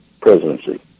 presidency